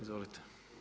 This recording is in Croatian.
Izvolite.